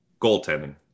Goaltending